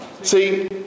See